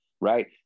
Right